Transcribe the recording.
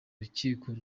rukiko